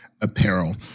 Apparel